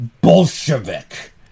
Bolshevik